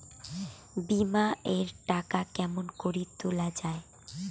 বিমা এর টাকা কেমন করি তুলা য়ায়?